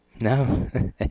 No